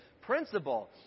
principle